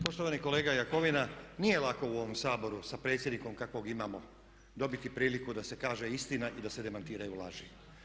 Poštovani kolega Jakovina nije lako u ovom Saboru sa predsjednikom kakvog imamo dobiti priliku da se kaže istina i da se demantiraju laži.